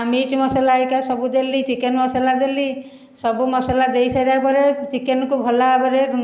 meat ମସଲା ହେରିକା ସବୁ ଦେଲି ଚିକେନ ମସଲା ଦେଲି ସବୁ ମସଲା ଦେଇସାରିଲା ପରେ ଚିକେନକୁ ଭଲଭାବରେ